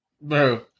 Bro